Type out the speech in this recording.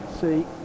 see